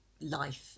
life